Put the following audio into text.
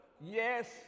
Yes